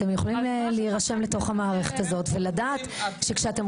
אתם יכולים להירשם לתוך המערכת הזאת ולדעת שכשאתם